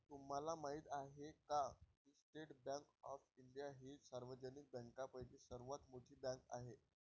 तुम्हाला माहिती आहे का की स्टेट बँक ऑफ इंडिया ही सार्वजनिक बँकांपैकी सर्वात मोठी बँक आहे